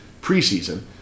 preseason